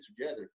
together